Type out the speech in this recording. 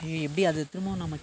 ஏய் எப்படி அது திரும்பவும் நமக்கு